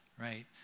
right